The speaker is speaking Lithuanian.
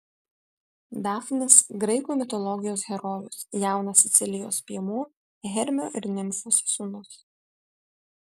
dafnis graikų mitologijos herojus jaunas sicilijos piemuo hermio ir nimfos sūnus